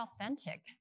authentic